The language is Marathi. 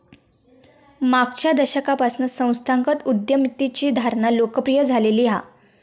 मागच्या दशकापासना संस्थागत उद्यमितेची धारणा लोकप्रिय झालेली हा